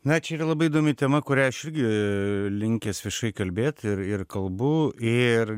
na čia yra labai įdomi tema kurią aš irgi linkęs viešai kalbėt ir ir kalbu ir